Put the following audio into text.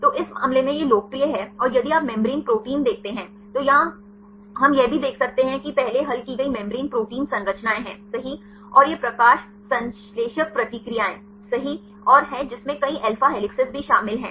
तो इस मामले में यह लोकप्रिय है और यदि आप मेम्ब्रेन प्रोटीन देखते हैं तो यहां हम यह भी देख सकते हैं कि पहले हल की गई मेम्ब्रेन प्रोटीन संरचनाएं हैं सही और यह प्रकाश संश्लेषक प्रतिक्रियाएं सही और है जिसमें कई अल्फा हेलिसेस भी शामिल हैं